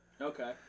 Okay